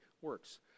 works